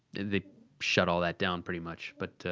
they shut all that down pretty much. but